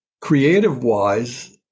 Creative-wise